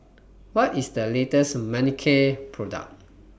What IS The latest Manicare Product